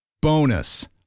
Bonus